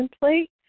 plate